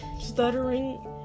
stuttering